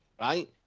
Right